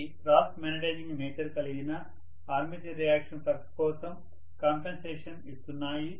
అవి cross magnetising nature కలిగిన armature reaction flux కోసం కాంపెన్సేషన్ ఇస్తున్నాయి